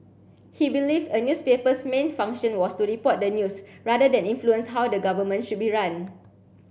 he believed a newspaper's main function was to report the news rather than influence how the government should be run